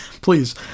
Please